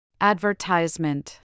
Advertisement